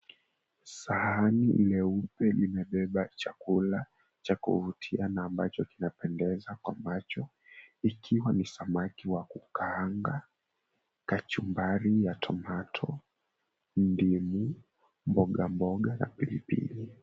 Sahani leupe limebeba chakula cha kuvutia na ambacho kinapendeza kwa macho ikiwa ni samaki wa kukaanga, kachumbari ya tomato ndimu, mboga mboga na pilipili.